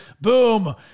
Boom